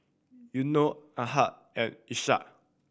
Yuno Ahad and Ishak